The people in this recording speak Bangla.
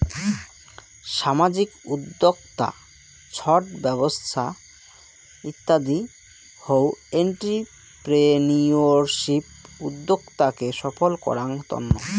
সামাজিক উদ্যক্তা, ছট ব্যবছা ইত্যাদি হউ এন্ট্রিপ্রেনিউরশিপ উদ্যোক্তাকে সফল করাঙ তন্ন